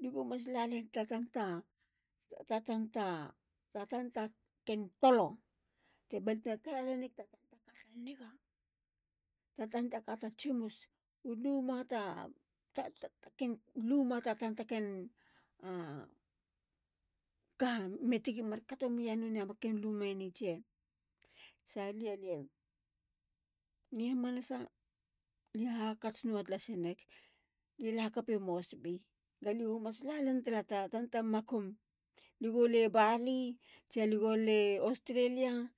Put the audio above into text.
lie go mas lalen. ta tanta. ta tanta tolo. balte tara lenig ta tanta ka ta niga. ta tanta ka ta tsimus. u luma ta ken luma ta tanta ken a ka. me tigi markato meya marken lume ni. tse. salia. lie. ni hamanasa. lie hakats nua tlasneg. li la hakapi mosbi. gale gomas lalen tala ta tanta makum. lie go le bali. tsia lie go le australia.